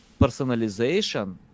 personalization